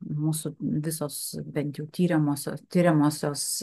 mūsų visos bent jau tiriamosios tiriamosios